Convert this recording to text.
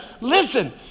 listen